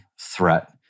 threat